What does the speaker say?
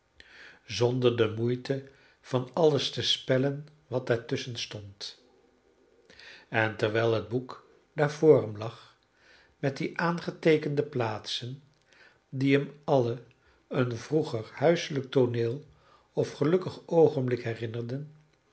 zonder de moeite van alles te spellen wat daartusschen stond en terwijl het boek daar voor hem lag met die aangeteekende plaatsen die hem alle een vroeger huiselijk tooneel of gelukkig oogenblik herinnerden